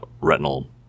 retinal